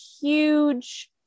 huge